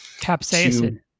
Capsaicin